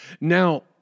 Now